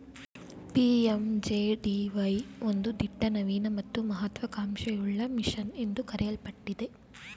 PMJDY ಒಂದು ದಿಟ್ಟ ನವೀನ ಮತ್ತು ಮಹತ್ವ ಕಾಂಕ್ಷೆಯುಳ್ಳ ಮಿಷನ್ ಎಂದು ಕರೆಯಲ್ಪಟ್ಟಿದೆ